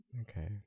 Okay